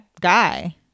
guy